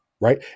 right